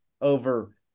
over